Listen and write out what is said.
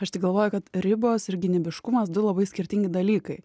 aš tik galvoju kad ribos ir gynybiškumas du labai skirtingi dalykai